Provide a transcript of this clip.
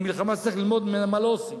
היא מלחמה שצריך ללמוד ממנה מה לא עושים.